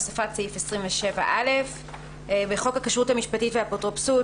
"הוספת סעיף 27א 1. בחוק הכשרות המשפטית והאפוטרופסות,